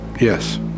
Yes